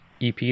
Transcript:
EP